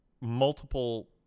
multiple